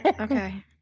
Okay